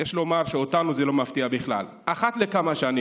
יש לומר שאותנו זה לא מפתיע בכלל, אחת לכמה שנים